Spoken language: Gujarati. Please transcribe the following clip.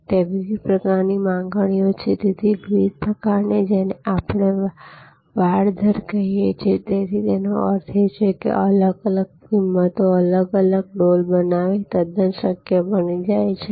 ત્યાં વિવિધ પ્રકારની માંગણીઓ છે અને તેથી વિવિધ પ્રકારની જેને આપણે વાડ દર કહીએ છીએતેનો અર્થ એ છે કે અલગ અલગ કિંમતો પર અલગ અલગ ડોલ બનાવવી તદ્દન શક્ય બની જાય છે